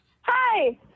Hi